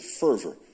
fervor